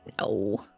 No